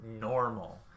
normal